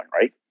Right